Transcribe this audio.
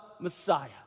Messiah